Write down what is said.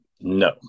No